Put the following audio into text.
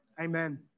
amen